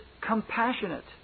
compassionate